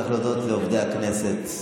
צריך להודות לעובדי הכנסת,